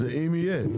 אם יהיה,